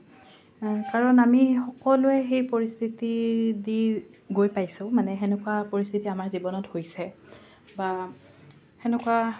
কাৰণ আমি সকলোৱে সেই পৰিস্থিতিয়েদি গৈ পাইছোঁ মানে সেনেকুৱা পৰিস্থিতি আমাৰ জীৱনত হৈছে বা সেনেকুৱা